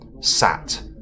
sat